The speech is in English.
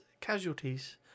casualties